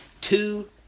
two